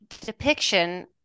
depiction